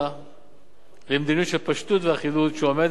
למדיניות של פשטות ואחידות שעומדת ביסוד המלצות הוועדה.